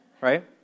Right